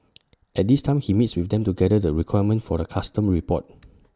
at this time he meets with them to gather the requirements for A custom report